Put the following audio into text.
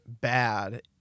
bad